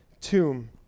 tomb